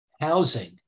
housing